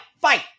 fight